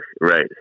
Right